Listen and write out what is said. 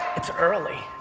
it's early.